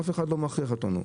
אף אחד לא מכריח אותנו.